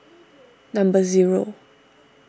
number zero